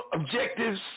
objectives